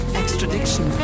extradition